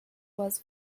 was